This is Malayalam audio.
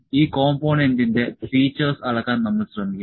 ഈ കോംപോണേന്റിന്റെ ഫീച്ചേർസ് അളക്കാൻ നമ്മൾ ശ്രമിക്കും